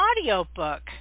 audiobook